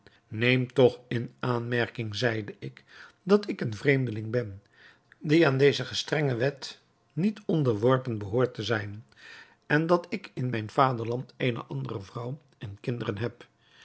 neemt toch in aanmerking zeide ik dat ik een vreemdeling ben die aan deze gestrenge wet niet onderworpen behoort te zijn en dat ik in mijn vaderland eene andere vrouw en kinderen heb